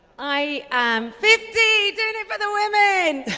i am fifty, doing it for the women.